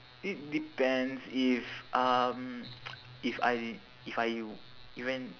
it depends if um if I if I even